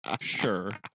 sure